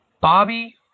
Bobby